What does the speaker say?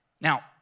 Now